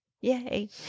Yay